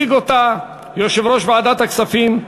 אין מתנגדים,